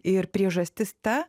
ir priežastis ta